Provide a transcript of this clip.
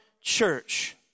church